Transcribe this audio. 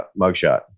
mugshot